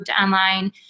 online